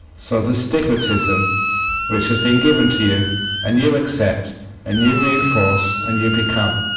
so the stigmatism which has been given to you and you accept and you reinforce and you become.